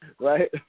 Right